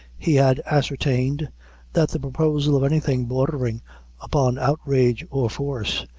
he had ascertained that the proposal of anything bordering upon outrage or force,